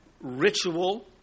ritual